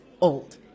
old